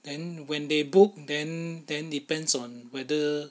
then when they book then then depends on whether